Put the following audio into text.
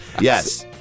Yes